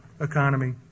economy